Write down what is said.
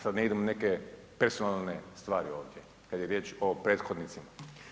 Sad ne idem u neke personalne stvari ovdje, kada je riječ o prethodnicima.